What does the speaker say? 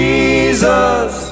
Jesus